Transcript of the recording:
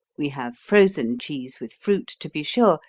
we have frozen cheese with fruit, to be sure,